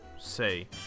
Say